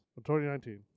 2019